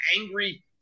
angry